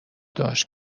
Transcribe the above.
داشت